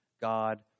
God